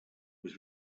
was